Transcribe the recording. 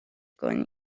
کنی